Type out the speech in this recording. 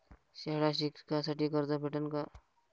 शाळा शिकासाठी कर्ज भेटन का?